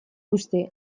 uste